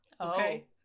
Okay